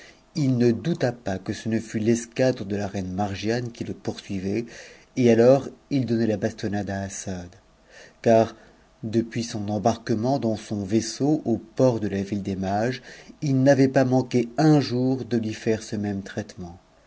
il ne douta pas pe ce ne fut l'escadre de ta reine margiane qui le poursuivait et alors il donnait la bastonnade à assad car depuis son embarquement dans son vaisseau au port de la ville des mages it n'avait pas manqué un jour de lui faire ce même traitement